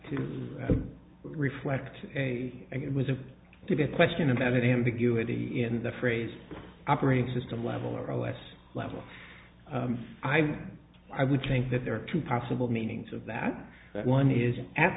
to reflect a it was a good question and that ambiguity in the phrase operating system level or less level i i would think that there are two possible meanings of that one is at